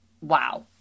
wow